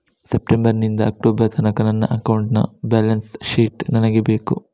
September ನಿಂದ October ತನಕ ನನ್ನ ಅಕೌಂಟ್ ಬ್ಯಾಲೆನ್ಸ್ ಶೀಟ್ ನನಗೆ ಬೇಕು